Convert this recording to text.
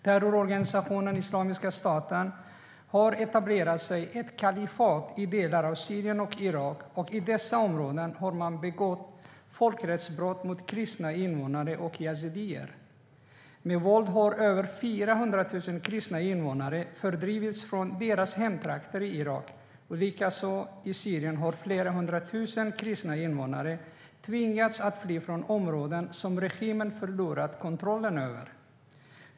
Terrororganisationen Islamiska staten har etablerat ett kalifat i delar av Syrien och Irak, och i dessa områden har man begått folkrättsbrott mot kristna invånare och yazidier. Med våld har över 400 000 kristna invånare fördrivits från sina hemtrakter i Irak, och likaså har i Syrien flera hundra tusen kristna invånare tvingats att fly från områden som regimen förlorat kontrollen över.